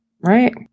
Right